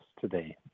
today